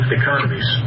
economies